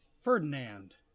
Ferdinand